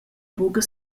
buca